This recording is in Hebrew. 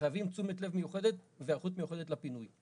שחייבים תשומת לב מיוחדת והיערכות מיוחדת לפינוי.